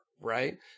right